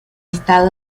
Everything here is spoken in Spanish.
estado